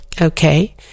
Okay